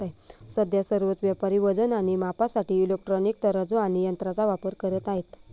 सध्या सर्वच व्यापारी वजन आणि मापासाठी इलेक्ट्रॉनिक तराजू आणि यंत्रांचा वापर करत आहेत